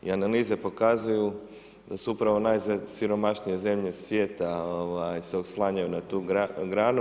I analize pokazuju da su upravo najsiromašnije zemlje svijeta se oslanjaju na tu granu.